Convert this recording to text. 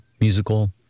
musical